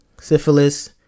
syphilis